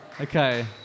Okay